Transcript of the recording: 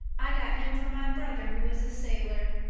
i got him from my brother who was a sailor.